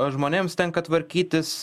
žmonėms tenka tvarkytis